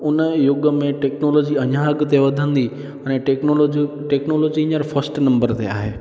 उन युग में टेक्नोलोजी अञा अॻिते वधंदी अने टेक्नोलोजी टेक्नोलोजी हींअर फस्ट नम्बर ते आहे